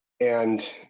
and